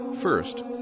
First